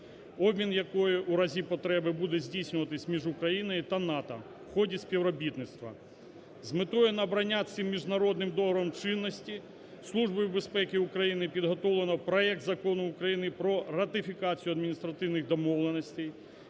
обмін якою в разі потреби буде здійснюватись між Україною та НАТО в ході співробітництва. З метою набрання цим міжнародним договором чинності Службою безпеки України підготовлено проект Закону України про ратифікацію Адміністративних домовленостей,